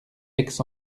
aix